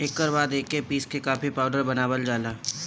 एकर बाद एके पीस के कॉफ़ी पाउडर बनावल जाला